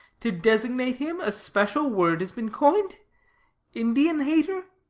to designate him, a special word has been coined indian-hater?